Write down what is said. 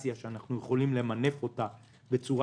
מהדיגיטציה שאנחנו יכולים למנף אותה בצורה